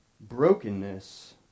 brokenness